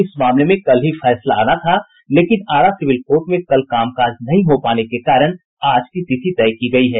इस मामले में कल ही फैसला आना था लेकिन आरा सिविल कोर्ट में कल काम काज नहीं हो पाने के कारण आज की तिथि तय की गयी है